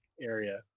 area